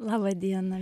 laba diena